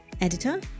editor